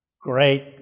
great